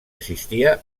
assistia